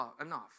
enough